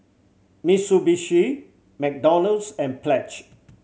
Mitsubishi McDonald's and Pledge